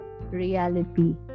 reality